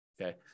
Okay